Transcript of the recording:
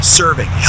serving